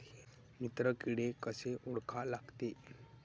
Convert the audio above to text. मित्र किडे कशे ओळखा लागते?